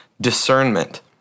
discernment